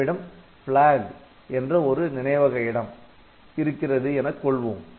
நம்மிடம் 'Flag' என்ற ஒரு நினைவக இடம் இருக்கிறது எனக் கொள்வோம்